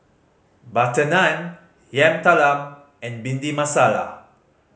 butter naan Yam Talam and Bhindi Masala